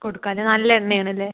കൊടുക്കാം അല്ലെ നല്ല എണ്ണ ആണ് അല്ലെ